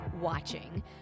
watching